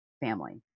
family